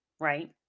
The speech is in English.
right